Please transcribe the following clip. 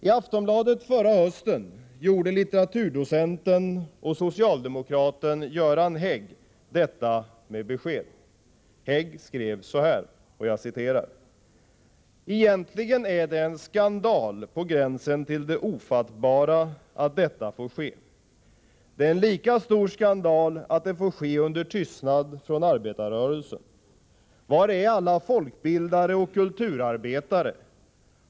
I Aftonbladet förra hösten redovisade litteraturdocenten och socialdemokraten Göran Hägg sin inställning med besked. Hägg skrev följande: ”Egentligen är det en skandal på gränsen till det ofattbara att detta får ske. Det är en lika stor skandal att det får ske under tystnad från arbetarrörelsen. Var är alla folkbildare och kulturarbetare?